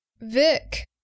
Vic